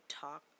talk